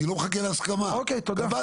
אני לא מחכה להסכמה, קבעתי.